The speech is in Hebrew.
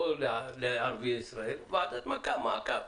לא לערביי ישראל ועדת מעקב